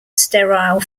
sterile